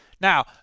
Now